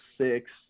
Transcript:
six